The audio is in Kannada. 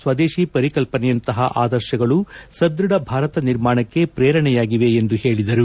ಸ್ವದೇಶಿ ಪರಿಕಲ್ಪನೆಯಂತಪ ಆದರ್ಶಗಳು ಸದ್ಯಢ ಭಾರತ ನಿರ್ಮಾಣಕ್ಕೆ ಪ್ರೇರಣೆಯಾಗಿವೆ ಎಂದು ಪೇಳಿದರು